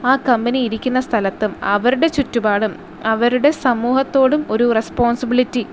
ആ കമ്പനി ഇരിക്കുന്ന സ്ഥലത്തും അവരുടെ ചുറ്റുപാടും അവരുടെ സമൂഹത്തോടും ഒരു റെസ്പോൺസിബിലിറ്റി